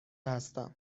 هستم